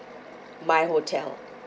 my hotel